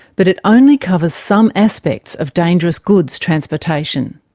but it only covers some aspects of dangerous goods transportation.